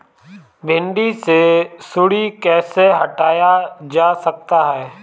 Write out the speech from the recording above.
भिंडी से सुंडी कैसे हटाया जा सकता है?